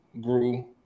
grew